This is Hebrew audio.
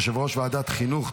יושב-ראש ועדת חינוך,